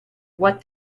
what